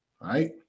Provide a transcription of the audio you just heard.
Right